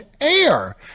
air